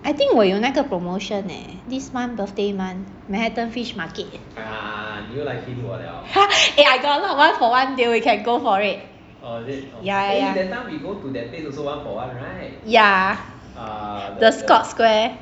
I think 我有那个 promotion leh this month birthday month manhattan fish market eh I got a lot of one for one deal you can go for it yeah the scotts square